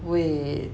with